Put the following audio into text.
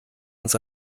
uns